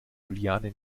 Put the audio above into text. juliane